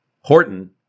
Horton